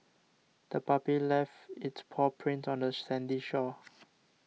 the puppy left its paw prints on the sandy shore